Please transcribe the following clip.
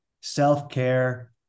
self-care